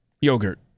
Yogurt